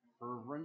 fervent